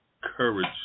courage